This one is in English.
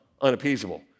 unappeasable